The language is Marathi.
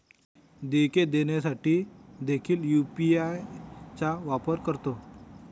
देयके देण्यासाठी देखील यू.पी.आय चा वापर करतो